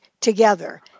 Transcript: together